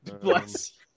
Bless